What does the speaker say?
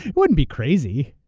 wouldn't be crazy.